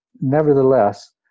nevertheless